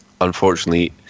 Unfortunately